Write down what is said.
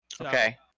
Okay